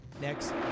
next